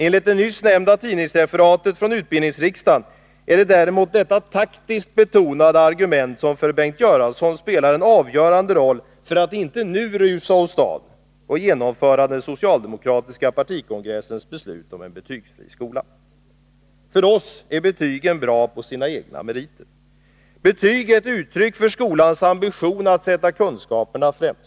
Enligt nyss nämnda tidningsreferat från utbildningsriksdagen är det däremot detta taktiskt betonade argument som för Bengt Göransson spelar en avgörande roll för att inte nu rusa åstad och genomföra den socialdemokratiska partikongressens beslut om en betygsfri skola. För oss är betygen bra på sina egna meriter. Betyg är ett uttryck för skolans ambition att sätta kunskaperna främst.